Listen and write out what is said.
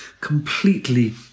completely